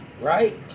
right